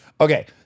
okay